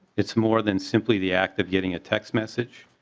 it's more than simply the act of getting a text message.